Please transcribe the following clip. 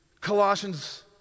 Colossians